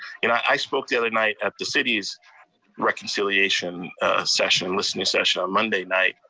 and i spoke the other night at the city's reconciliation session, listening session, on monday night.